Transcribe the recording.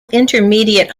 intermediate